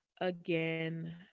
Again